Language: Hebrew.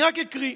אז אני רק אקריא.